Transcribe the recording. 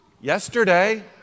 Yesterday